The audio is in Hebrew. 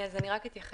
אז אני רק אתייחס.